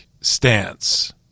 stance